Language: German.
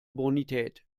bonität